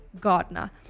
Gardner